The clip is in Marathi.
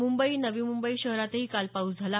मुंबई नवी मुंबई शहरातही काल पाऊस झाला